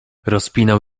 rozpinał